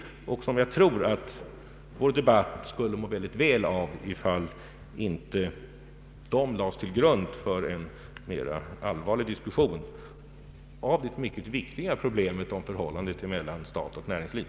Jag tror att vår debatt skulle må väl av om inte detta lades till grund för en mer allvarlig diskussion om det mycket viktiga problem som gäller förhållandet mellan stat och näringsliv.